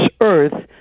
earth